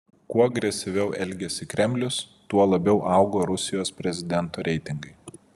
kuo agresyviau elgėsi kremlius tuo labiau augo rusijos prezidento reitingai